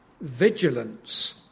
vigilance